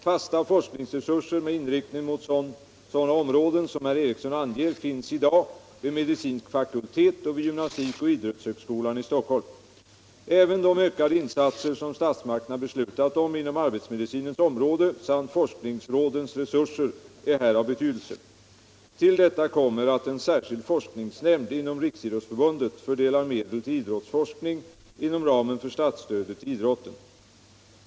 Fasta forskningsresurser med inriktning mot sådana områden som herr Eriksson anger finns i dag vid medicinsk fakultet och vid gymnastikoch idrottshögskolan i Stockholm. Även de ökade insatser som statsmakterna beslutat om inom arbetsmedicinens område samt forskningsrådens resurser är här av betydelse. Till detta kommer att en särskild forskningsnämnd inom Riksidrottsförbundet fördelar medel till idrottsforskning inom ramen för statsstödet till idrotten.